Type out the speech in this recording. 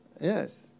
Yes